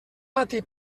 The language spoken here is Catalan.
matí